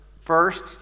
first